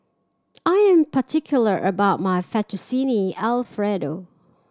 I am particular about my Fettuccine Alfredo